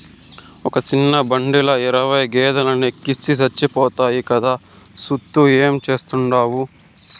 ఒక సిన్న బండిల ఇరవై గేదేలెనెక్కిస్తే సచ్చిపోతాయి కదా, సూత్తూ ఏం చేస్తాండావు